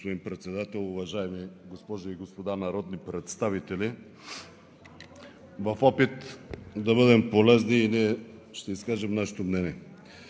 господин Председател. Уважаеми госпожи и господа народни представители! В опит да бъдем полезни и ние ще изкажем нашето мнение.